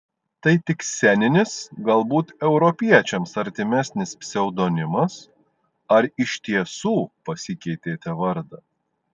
tai tik sceninis galbūt europiečiams artimesnis pseudonimas ar iš tiesų pasikeitėte vardą